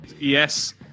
Yes